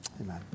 amen